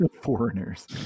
Foreigners